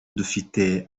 dufite